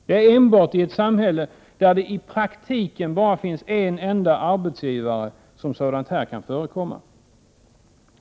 Det är enbart i ett samhälle där det i praktiken bara finns en arbetsgivare som sådant här kan förekomma.